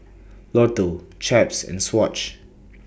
Lotto Chaps and Swatch